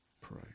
pray